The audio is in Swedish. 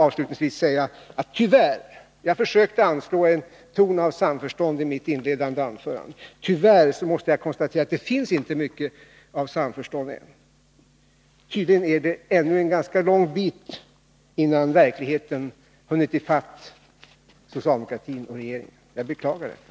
Avslutningsvis vill jag bara säga att jag i mitt inledande anförande försökte anslå en ton av samförstånd. Tyvärr måste jag konstatera att det ännu inte finns mycket av samförstånd. Tydligen är det en ganska lång bit kvar på vägen innan verkligheten hinner ifatt socialdemokratin och regeringen. Jag beklagar detta.